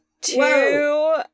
Two